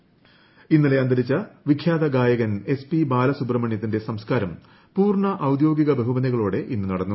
ബാലസുബ്രഹ്മണ്യം വിട ഇന്നലെ അന്തരിച്ച വിഖ്യാത ഗായകൻ എസ് പി ബാലസുബ്രഹ്മണ്യത്തിന്റെ സംസ്കാരം പൂർണ്ണ ഔദ്യോഗിക ബഹുമതികളോടെ ഇന്ന് നടന്നു